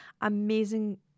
amazing